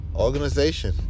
organization